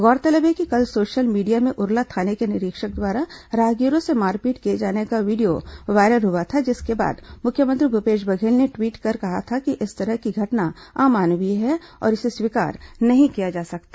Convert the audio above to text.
गौरतलब है कि कल सोशल मीडिया में उरला थाने के निरीक्षक द्वारा राहगीरों से मारपीट किए जाने का वीडियो वायरल हुआ था जिसके बाद मुख्यमंत्री भूपेश बघेल ने भी ट्वीट कर कहा था कि इस तरह की घटना अमानवीय है और इसे स्वीकार नहीं किया जा सकता